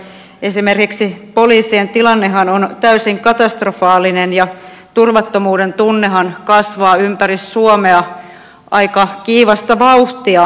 esimerkiksi poliisien tilannehan on täysin katastrofaalinen ja turvattomuuden tunnehan kasvaa ympäri suomea aika kiivasta vauhtia